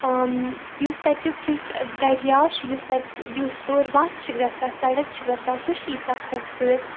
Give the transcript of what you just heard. یُس تَتیُک یُس دٔریاو چھ یُس تَتہِ یُس تور وَتھ چھِ گَژھان سَڑک چھِ گَژھان سُہ چھِ ییٖژھا خوبصوٗرَت